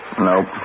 Nope